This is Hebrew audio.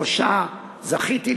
שבראשה זכיתי לעמוד,